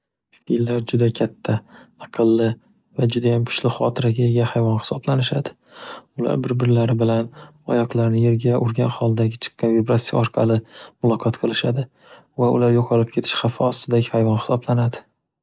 Fillar juda katta, aqlli va judayam kuchli xotiraga ega hayvon hisoblanishadi. Ular bir-birlari bilan oyoqlarini yerga urgan holdagi chiqqan vibratsiya orqali muloqot qilishadi va ular yo'qolib ketish xafa ostidagi hayvon hisoblanadi.